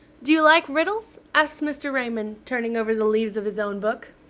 do you like riddles? asked mr. raymond, turning over the leaves of his own book.